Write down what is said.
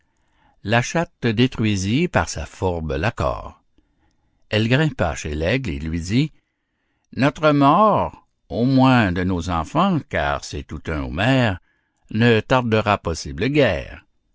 la chatte détruisit par sa fourbe l'accord elle grimpa chez l'aigle et lui dit notre mort au moins de nos enfants car c'est tout un aux mères ne tardera possible guères